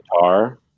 guitar